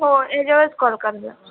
हो वेळेवरच कॉल करून या